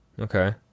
okay